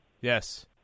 Yes